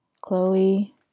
Chloe